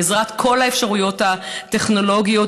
בעזרת כל האפשרויות הטכנולוגיות,